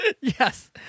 Yes